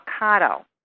avocado